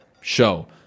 show